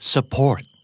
Support